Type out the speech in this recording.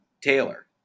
Taylor